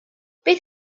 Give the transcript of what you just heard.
beth